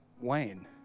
Wayne